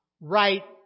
Right